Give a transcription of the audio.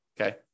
okay